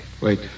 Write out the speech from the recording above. Wait